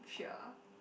sure